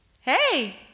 Hey